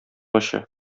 очы